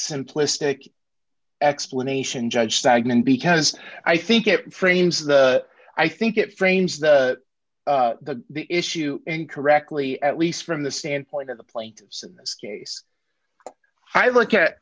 simplistic explanation judge stagnant because i think it frames the i think it frames the issue in correctly at least from the standpoint of the plaintiffs in this case hi look at